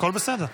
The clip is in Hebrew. כהצעת הוועדה,